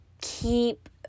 keep